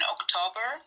October